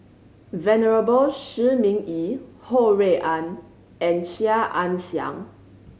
Venerable Shi Ming Yi Ho Rui An and Chia Ann Siang